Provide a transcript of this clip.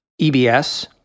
EBS